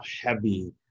heavy